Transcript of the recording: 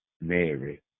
Mary